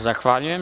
Zahvaljujem.